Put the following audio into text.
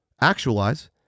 actualize